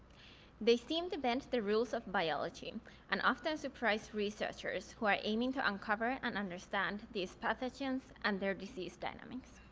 they seem to bend the rules of biology and often surprise researchers, who are aiming to uncover and understand these pathogens and their disease dynamics.